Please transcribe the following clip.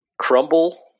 Crumble